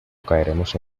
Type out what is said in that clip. caeremos